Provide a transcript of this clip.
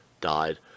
died